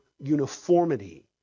uniformity